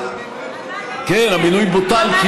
המינוי בוטל.